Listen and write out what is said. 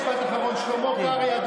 משפט אחרון, שלמה קרעי.